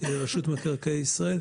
ברשות מקרקעי ישראל,